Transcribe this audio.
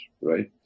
right